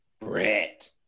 Brett